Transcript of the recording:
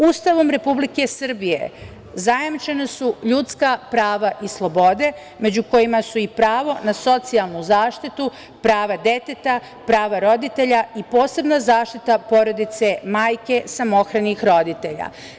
Ustavom Republike Srbije zajamčena su ljudska prava i slobode, među kojima su i pravo na socijalnu zaštitu, prava deteta, prava roditelja i posebno zaštita porodice, majke, samohranih roditelja.